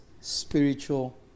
spiritual